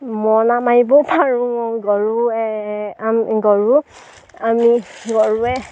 মৰনা মাৰিবও পাৰোঁ গৰুৱে গৰু আমি গৰুৱে